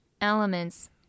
elements